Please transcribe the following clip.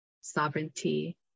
sovereignty